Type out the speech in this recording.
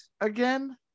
again